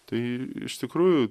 tai iš tikrųjų